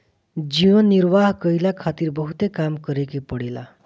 जीवन निर्वाह कईला खारित बहुते काम करे के पड़ेला